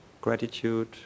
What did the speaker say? gratitude